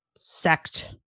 sect